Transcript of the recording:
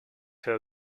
herr